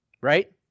right